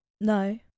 no